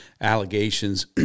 allegations